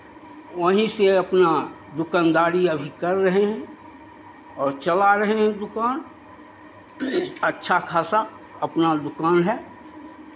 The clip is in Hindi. वहीं से अपना दुकानदारी अभी कर रहे हैं और चला रहे हैं दुकान अच्छा खासा अपना दुकान है